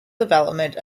development